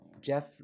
Jeff